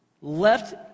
left